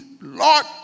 Lord